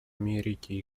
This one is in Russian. америки